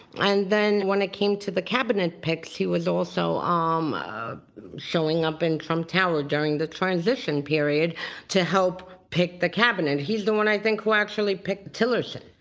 and then when it came to the cabinet picks, he was also um showing up in trump tower during the transition period to help pick the cabinet. he's the one i think who actually picked tillirson.